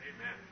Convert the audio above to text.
amen